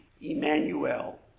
Emmanuel